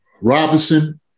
Robinson